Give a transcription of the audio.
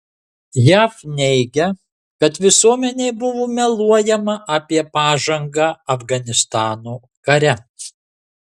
jav neigia kad visuomenei buvo meluojama apie pažangą afganistano kare